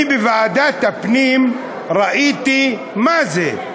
אני בוועדת הפנים ראיתי מה זה,